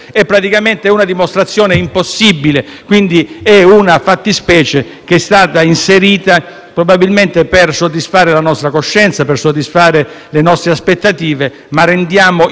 Quindi è una fattispecie che è stata inserita probabilmente per soddisfare la nostra coscienza e le nostre aspettative ma di cui rendiamo impossibile la dimostrazione.